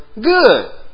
good